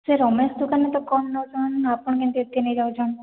ସେ ରମେଶ ଦୁକାନ୍ରେ ତ କମ୍ ନଉଛନ୍ ଆପଣ କେମିତି ଏତେ ନେଇଯାଉଛନ୍